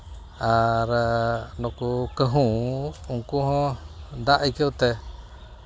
ᱟᱨ ᱱᱩᱠᱩ ᱠᱟᱹᱦᱩ ᱩᱱᱠᱩ ᱦᱚᱸ ᱫᱟᱜ ᱟᱹᱭᱠᱟᱹᱣ ᱛᱮ